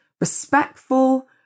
respectful